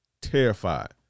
Terrified